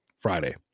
Friday